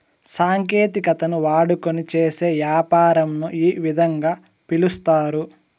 సాంకేతికతను వాడుకొని చేసే యాపారంను ఈ విధంగా పిలుస్తారు